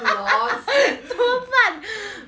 L_O_L